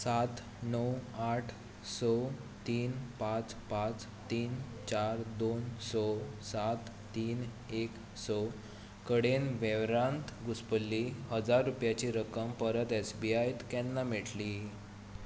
सात णव आठ स तीन पांच पांच तीन चार दोन स सात तीन एक स कडेन वेव्हारांत घुस्पल्ली हजार रुपयांची रक्कम परत एस बी आयत केन्ना मेळटली